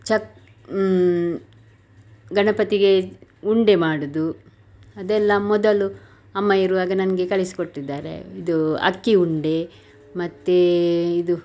check ಗಣಪತಿಗೆ ಉಂಡೆ ಮಾಡುವುದು ಅದೆಲ್ಲ ಮೊದಲು ಅಮ್ಮ ಇರುವಾಗ ನನಗೆ ಕಳಿಸಿಕೊಟ್ಟಿದ್ದಾರೆ ಇದು ಅಕ್ಕಿ ಉಂಡೆ ಮತ್ತು ಇದು